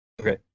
Okay